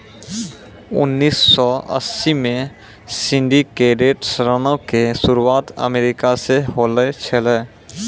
उन्नीस सौ अस्सी मे सिंडिकेटेड ऋणो के शुरुआत अमेरिका से होलो छलै